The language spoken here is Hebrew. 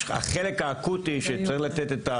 אז זה גם שיקול שצריך לקחת אותו